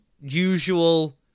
usual